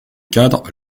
cadre